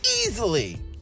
easily